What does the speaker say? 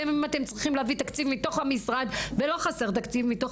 גם אם אתם צריכים להביא תקציב מתוך המשרד ולא חסר תקציב מתוך